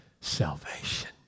salvation